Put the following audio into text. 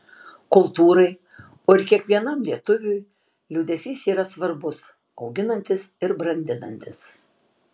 kultūrai o ir kiekvienam lietuviui liūdesys yra svarbus auginantis ir brandinantis